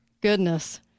goodness